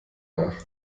nach